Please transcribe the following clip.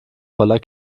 voller